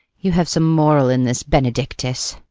you have some moral in this benedictus.